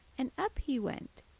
and up he went,